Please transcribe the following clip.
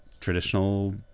traditional